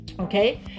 okay